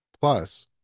Plus